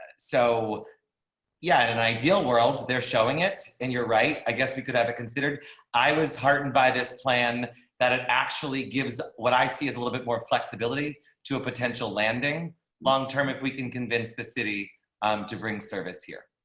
so yeah, an ideal world, they're showing it and you're right. i guess we could have a considered i was heartened by this plan that it actually gives what i see is a little bit more flexibility to a potential landing long term if we can convince the city um to bring service